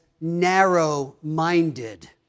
narrow-minded